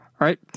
right